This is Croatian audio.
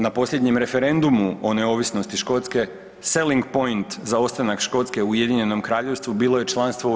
Na posljednjem referendumu o neovisnosti Škotske Selling point za ostanak Škotske u UK-u bilo je članstvo u EU.